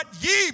ye